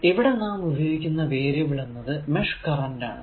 ഇവിടെ നാം ഉപയോഗിക്കുന്ന വേരിയബിൾ എന്നത് മെഷ് കറന്റ് ആണ്